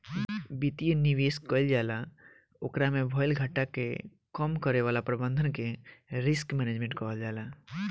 वित्तीय निवेश कईल जाला ओकरा में भईल घाटा के कम करे वाला प्रबंधन के रिस्क मैनजमेंट कहल जाला